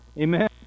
amen